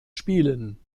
spielen